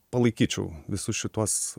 palaikyčiau visus šituos